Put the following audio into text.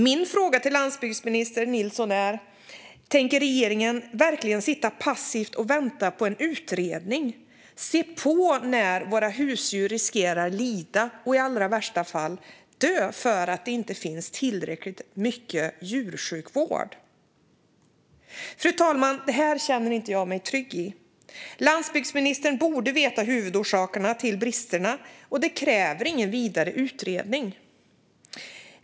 Min fråga till landsbygdsminister Nilsson är: Tänker regeringen verkligen sitta passiv och vänta på en utredning och se på när våra husdjur riskerar att få lida och i allra värsta fall dö för att det inte finns tillräckligt mycket djursjukvård? Fru talman! Detta känner jag mig inte trygg med. Landsbygdsministern borde veta vad huvudorsakerna till bristerna är. Det kräver inte någon vidare utredning.